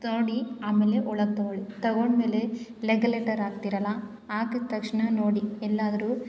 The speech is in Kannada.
ನೋಡಿ ಆಮೇಲೆ ಒಳಗೆ ತಗೊಳ್ಳಿ ತಗೊಂಡ ಮೇಲೆ ಲೆಗಲೇಟರ್ ಹಾಕ್ತೀರಲ್ಲ ಹಾಕಿದ್ ತಕ್ಷಣ ನೋಡಿ ಎಲ್ಲಾದರೂ